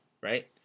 right